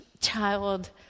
child